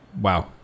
wow